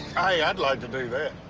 i'd like to do that.